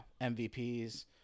MVPs